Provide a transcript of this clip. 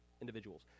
individuals